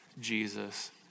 Jesus